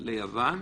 ליוון,